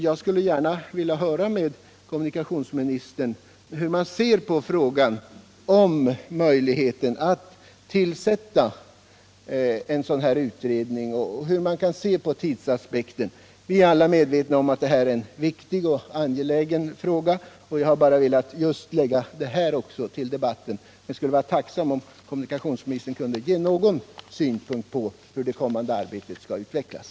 Jag skulle gärna vilja veta hur kommunikationsministern ser på möjligheten att tillsätta en sådan utredning samt hans uppfattning om tidsaspekten. Vi är alla medvetna om att detta är en viktig och angelägen fråga. Jag har bara velat foga dessa synpunkter till debatten. Jag vore tacksam om kommunikationsministern ville ge några synpunkter på hur det kommande arbetet skall utvecklas.